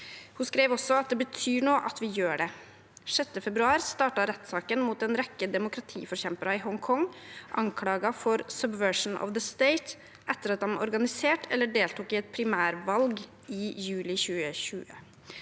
Hun skrev også at det betyr noe at vi gjør det. 6. februar startet rettssaken mot en rekke demokratiforkjempere i Hongkong, anklaget for «subversion of the state», etter at de organiserte eller deltok i et primærvalg i juli 2020.